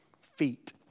feet